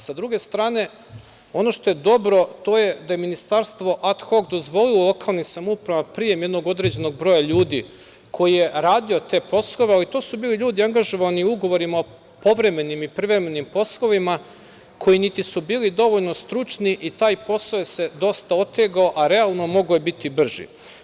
S druge strane, ono što je dobro to je da je ministarstvo ad hok dozvolilo lokalnim samoupravama prijem jednog određenog broja ljudi koji je radio te poslove, ali to su bili ljudi angažovani ugovorima o povremenim i privremenim poslovima, koji niti su bili dovoljno stručni i taj posao se dosta otegao, a realno, mogao je biti brži.